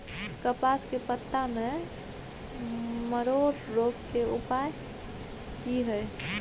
कपास के पत्ता में मरोड़ रोग के उपाय की हय?